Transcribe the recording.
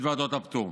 ואת ועדות הפטור.